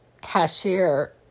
cashier